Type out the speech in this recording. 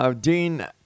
Dean